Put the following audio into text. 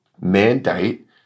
mandate